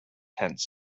tents